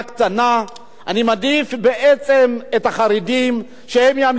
אני מעדיף בעצם את החרדים שהם ימליצו עלי לנשיא,